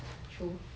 true